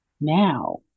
now